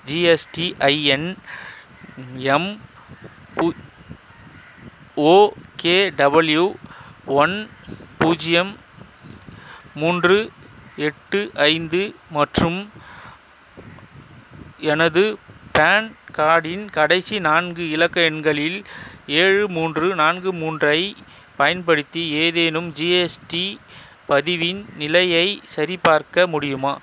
GSTIN MBOKW one பூஜ்ஜியம் மூன்று எட்டு ஐந்து மற்றும் எனது பான் கார்டின் கடைசி நான்கு இலக்க எண்களில் ஏழு மூன்று நான்கு மூன்றை பயன்படுத்தி ஏதேனும் ஜிஎஸ்டி பதிவின் நிலையைச் சரிபார்க்க முடியுமா